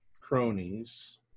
cronies